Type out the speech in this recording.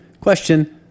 Question